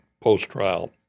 post-trial